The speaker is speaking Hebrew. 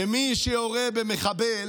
שמי שיורה במחבל